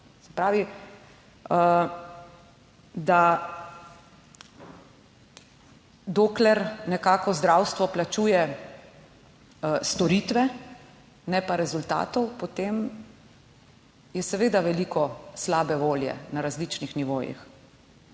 se pravi, da dokler nekako zdravstvo plačuje storitve, ne pa rezultatov, potem je seve da veliko slabe volje na različnih nivojih.